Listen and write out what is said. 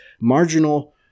marginal